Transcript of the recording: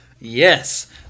Yes